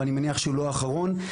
ואני מניח שלא האחרון,